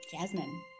Jasmine